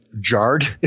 jarred